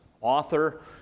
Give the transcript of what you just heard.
author